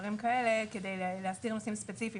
דברים כאלה, כדי להסדיר נושאים ספציפיים.